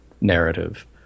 narrative